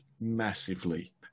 massively